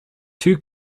two